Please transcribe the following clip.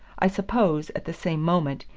i suppose, at the same moment,